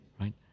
right